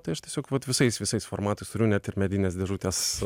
tai aš tiesiog vat visais visais formatais turiu net ir medinės dėžutės